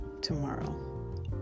tomorrow